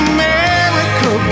America